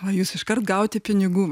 o jūs iškart gauti pinigų